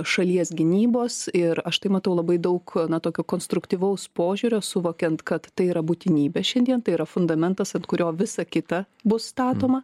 šalies gynybos ir aš tai matau labai daug na tokio konstruktyvaus požiūrio suvokiant kad tai yra būtinybė šiandien tai yra fundamentas ant kurio visa kita bus statoma